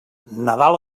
nadal